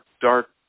dark